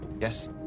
Yes